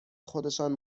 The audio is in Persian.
خودشان